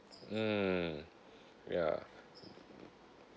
mm ya